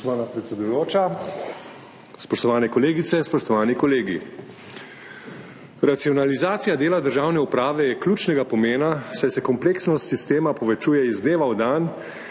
predsedujoča, spoštovane kolegice, spoštovani kolegi! Racionalizacija dela državne uprave je ključnega pomena, saj se kompleksnost sistema povečuje iz dneva v dan